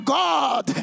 god